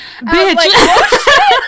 Bitch